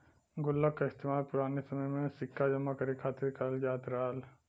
गुल्लक का इस्तेमाल पुराने समय में सिक्का जमा करे खातिर करल जात रहल